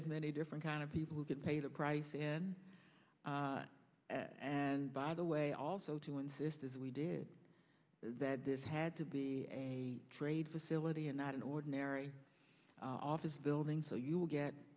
as many different kind of people who can pay the price in and by the way also to insist as we did that this had to be a trade facility and not an ordinary office building so you will get